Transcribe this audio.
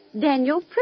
Daniel